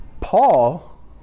Paul